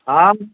હા